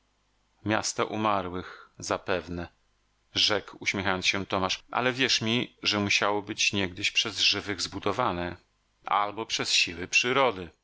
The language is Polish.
miasto umarłych zapewne rzekł uśmiechając się tomasz ale wierz mi że musiało być niegdyś przez żywych zbudowane albo przez siły przyrody